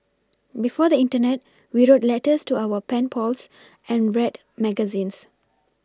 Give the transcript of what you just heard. before the Internet we wrote letters to our pen pals and read magazines